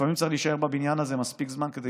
לפעמים צריך להישאר בבניין הזה מספיק זמן כדי